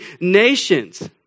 nations